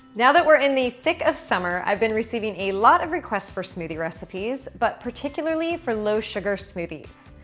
now that we're in the thick of summer, i've been receiving a lot of requests for smoothie recipes but particularly for low sugar smoothies.